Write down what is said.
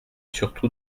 surtout